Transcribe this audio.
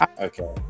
okay